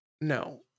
No